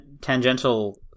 tangential